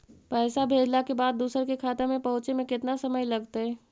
पैसा भेजला के बाद दुसर के खाता में पहुँचे में केतना समय लगतइ?